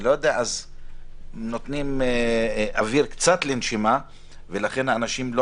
אז נותנים קצת אוויר לנשימה ולכן האנשים לא